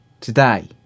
Today